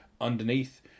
underneath